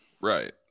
Right